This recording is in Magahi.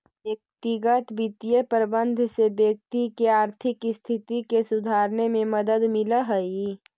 व्यक्तिगत वित्तीय प्रबंधन से व्यक्ति के आर्थिक स्थिति के सुधारने में मदद मिलऽ हइ